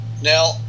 Now